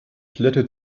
glätte